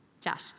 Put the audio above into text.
Josh